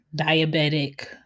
diabetic